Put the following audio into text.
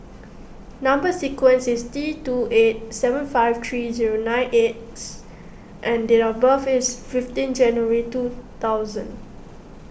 Number Sequence is T two eight seven five three zero nine X and date of birth is fifteen January two thousand